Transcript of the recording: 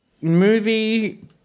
movie